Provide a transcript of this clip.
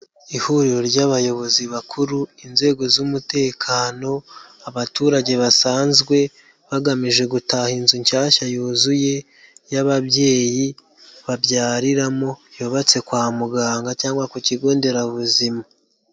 Ihuriro ry'abayobozi bakuru, inzego z'umutekano, abaturage basanzwe, bagamije gutaha inzu nshyashya yuzuye, y'ababyeyi babyariramo yubatse kwa muganga, cyangwa ku kigo nderabuzima.